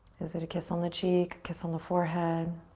is it a kiss on the cheek, kiss on the forehead?